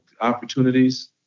opportunities